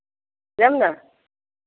जायब ने